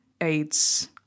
AIDS